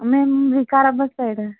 మేము వికారాబాద్ సైడ్